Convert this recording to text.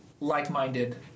like-minded